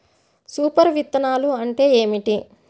Super విత్తనాలు అంటే ఏమిటి?